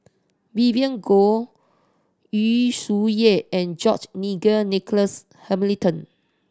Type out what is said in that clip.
Vivien Goh Yu Zhuye and George Nigel Douglas